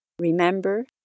Remember